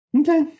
Okay